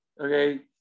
okay